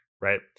Right